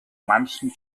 manchem